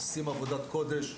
עושים עבודת קודש.